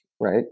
right